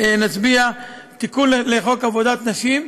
נצביע על תיקון לחוק עבודת נשים,